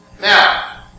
Now